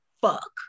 fuck